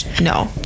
no